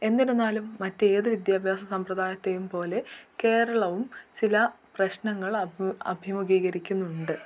എന്നിരുന്നാലും മറ്റ് ഏതു വിദ്യാഭ്യാസ സമ്പ്രദായത്തെയും പോലെ കേരളവും ചില പ്രശ്നങ്ങൾ അഭി അഭിമുഖീകരിക്കുന്നുണ്ട്